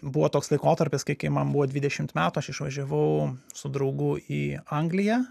buvo toks laikotarpis kai kai man buvo dvidešimt metų aš išvažiavau su draugu į angliją